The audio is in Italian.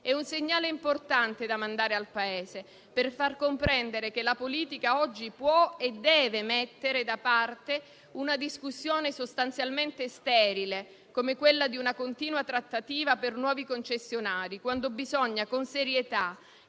È un segnale importante da mandare al Paese per far comprendere che la politica oggi può e deve mettere da parte una discussione sostanzialmente sterile, come quella di una continua trattativa per nuovi concessionari, quando bisogna con serietà